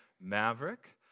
Maverick